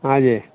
हँ जी